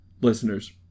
listeners